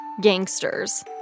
gangsters